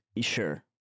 Sure